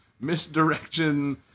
misdirection